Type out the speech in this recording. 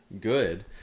good